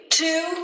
Two